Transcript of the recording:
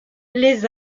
les